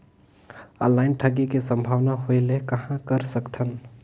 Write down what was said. Online ठगी के संभावना होय ले कहां कर सकथन?